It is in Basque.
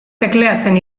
tekleatzen